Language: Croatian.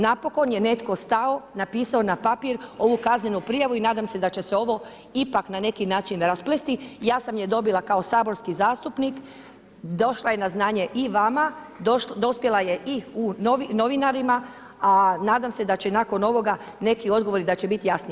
Napokon je netko stao, napisao na papir ovu kaznenu prijavu i nadam se da će ovo ipak na neki način rasplesti, ja sam je dobila kao saborski zastupnik, došla je na znanje i vama, dospjela je i novinarima a nadam se da će nakon ovoga neki odgovori biti jasniji.